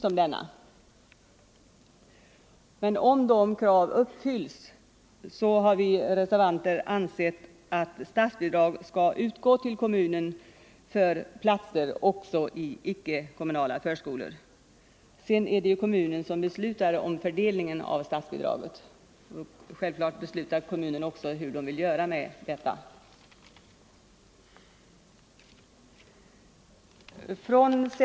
Om dessa krav uppfylls har vi reservanter ansett att statsbidrag skall utgå till kommunen för platser också i icke-kommunala förskolor. Sedan är det kommunen som beslutar om fördelningen av statsbidraget. Självklart beslutar kommunen också om man vill vara med om att finansiera enskilda förskolor.